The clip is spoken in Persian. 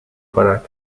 کند